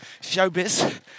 showbiz